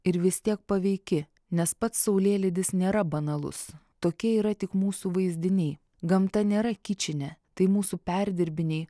ir vis tiek paveiki nes pats saulėlydis nėra banalus tokia yra tik mūsų vaizdiniai gamta nėra kičinė tai mūsų perdirbiniai